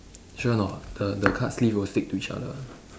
sure or not the the card sleeve will stick to each other